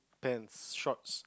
pants shorts